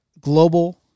global